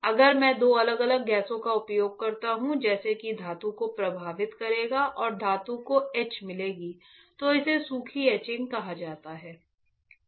अगर मैं दो अलग अलग गैसों का उपयोग करता हूं जैसे कि धातु को प्रभावित करेगा और धातु को ईच मिलेगी तो इसे सूखी एचिंग कहा जाता है